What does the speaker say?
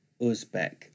uzbek